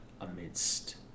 amidst